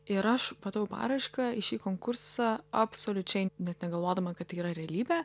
ir aš padaviau paraišką į šį konkursą absoliučiai net negalvodama kad tai yra realybė